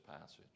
passage